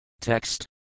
Text